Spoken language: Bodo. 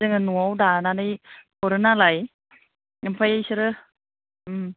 जोङो न'आव दानानै हरो नालाय ओमफ्राय बिसोरो